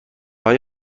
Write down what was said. های